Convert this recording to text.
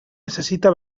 necessita